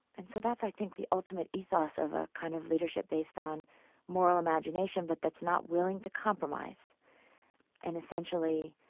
and so that's i think the ultimate ethos of a kind of leadership based on moral imagination, but that's not willing to compromise and essentially